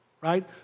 right